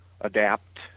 adapt